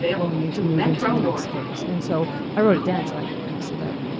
and we need to move into the next phase. and so i wrote it down so i wouldn't mess it up.